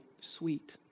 sweet